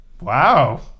Wow